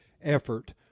effort